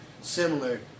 similar